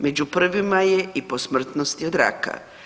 Među prvima je i po smrtnosti od raka.